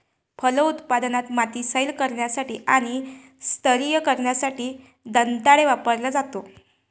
फलोत्पादनात, माती सैल करण्यासाठी आणि स्तरीय करण्यासाठी दंताळे वापरला जातो